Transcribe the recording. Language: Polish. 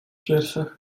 piersiach